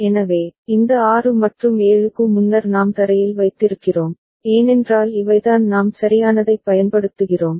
எனவே இந்த 6 மற்றும் 7 க்கு முன்னர் நாம் தரையில் வைத்திருக்கிறோம் ஏனென்றால் இவைதான் நாம் சரியானதைப் பயன்படுத்துகிறோம்